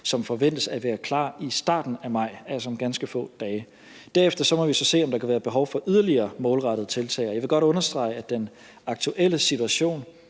som forventes at være klar i starten af maj, altså om ganske få dage. Derefter må vi så se, om der kan være behov for yderligere målrettede tiltag. Og jeg vil godt understrege, at den aktuelle situation